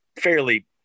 fairly